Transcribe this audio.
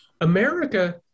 america